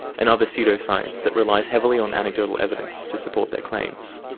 another pseudoscience that relies heavily on anecdotal evidence to support their claims.